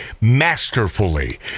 masterfully